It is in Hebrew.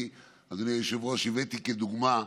אני, אדוני היושב-ראש, הבאתי כדוגמה,